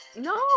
No